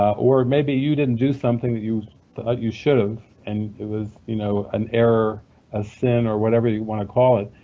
or maybe you didn't do something that you ah you should have and there was you know an error or a sin, or whatever you want to call it.